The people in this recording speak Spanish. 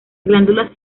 glándulas